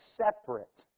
separate